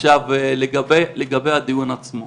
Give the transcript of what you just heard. עכשיו, לגבי הדיון עצמו,